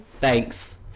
Thanks